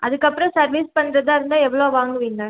அதுக்கப்புறம் சர்வீஸ் பண்ணுறதா இருந்தால் எவ்வளோ வாங்குவீங்க